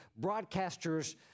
broadcasters